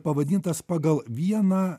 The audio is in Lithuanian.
pavadintas pagal vieną